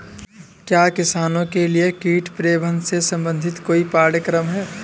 क्या किसानों के लिए कीट प्रबंधन से संबंधित कोई पाठ्यक्रम है?